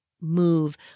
move